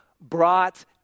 brought